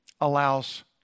allows